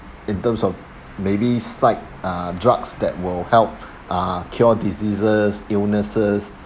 in terms of maybe side uh drugs that will help uh cure diseases illnesses